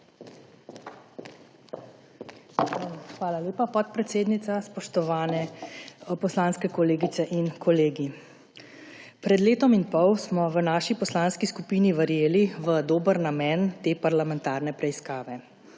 Hvala lepa, podpredsednica. Spoštovane poslanske kolegice in kolegi! Pred letom in pol smo v naši poslanski skupini verjeli v dober namen te parlamentarne preiskave.